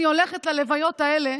אני הולכת ללוויות האלה